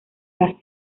las